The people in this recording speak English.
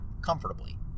comfortably